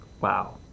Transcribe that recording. Wow